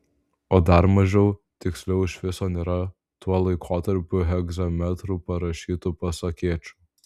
o dar mažiau tiksliau iš viso nėra tuo laikotarpiu hegzametru parašytų pasakėčių